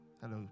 Hello